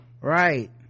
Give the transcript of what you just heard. right